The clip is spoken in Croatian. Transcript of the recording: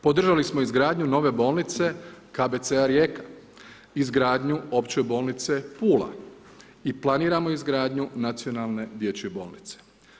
Podržali smo izgradnju nove bolnice KBC-a Rijeka, izgradnju opće bolnice Pula i planiramo izgradnju Nacionalne dječje bolnice.